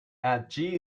add